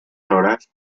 horas